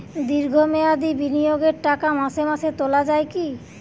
দীর্ঘ মেয়াদি বিনিয়োগের টাকা মাসে মাসে তোলা যায় কি?